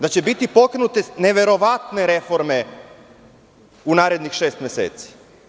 Da će biti pokrenute neverovatne reforme u narednih šest meseci.